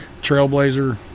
Trailblazer